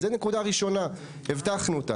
זוהי הנקודה הראשונה שהבטחנו.